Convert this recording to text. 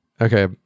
Okay